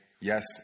yes